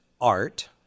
art